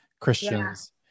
Christians